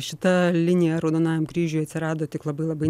šita linija raudonajam kryžiuj atsirado tik labai labai